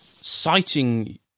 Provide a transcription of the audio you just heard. citing